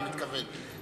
אני מתכוון,